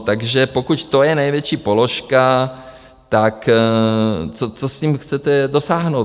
Takže pokud to je největší položka, tak co tím chcete dosáhnout?